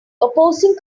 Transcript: opposing